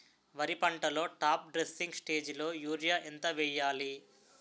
వరి పంటలో top dressing స్టేజిలో యూరియా ఎంత వెయ్యాలి?